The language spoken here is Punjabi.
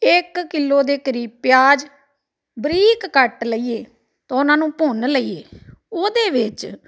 ਇਕ ਕਿਲੋ ਦੇ ਕਰੀਬ ਪਿਆਜ਼ ਬਰੀਕ ਕੱਟ ਲਈਏ ਤਾਂ ਉਹਨਾਂ ਨੂੰ ਭੁੰਨ ਲਈਏ ਉਹਦੇ ਵਿੱਚ